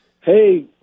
Hey